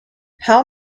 how